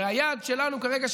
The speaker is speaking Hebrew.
הרי היעד שלנו כרגע,